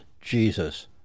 Jesus